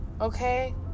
okay